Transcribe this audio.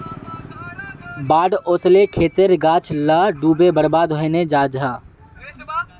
बाढ़ ओस्ले खेतेर गाछ ला डूबे बर्बाद हैनं जाहा